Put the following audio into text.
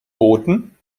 booten